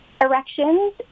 erections